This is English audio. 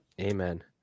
Amen